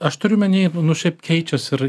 aš turiu omeny nu šiaip keičias ir